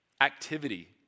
activity